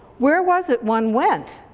where was it one went?